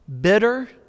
bitter